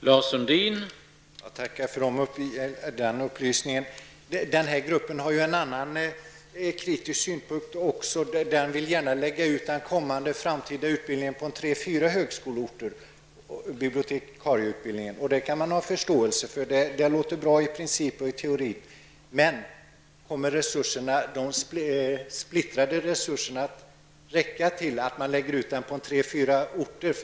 Herr talman! Jag tackar för den upplysningen. Gruppen har ju även en annan kritisk synpunkt: Den vill gärna lägga ut den framtida bibliotekarieutbildningen på tre fyra högskoleorter. Det kan man ha förståelse för -- det låter bra i princip och i teorin. Men kommer resurserna att räcka till att man lägger ut den på tre fyra orter?